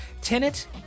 tenant